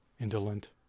indolent